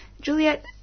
Juliet